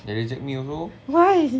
they reject me also